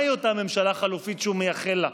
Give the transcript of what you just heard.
מהי אותה ממשלה חלופית שהוא מייחל לה?